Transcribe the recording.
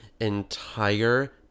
entire